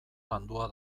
landua